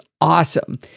awesome